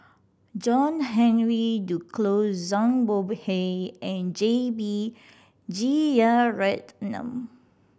John Henry Duclos Zhang Bohe and J B Jeyaretnam